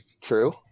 True